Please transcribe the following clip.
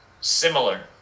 similar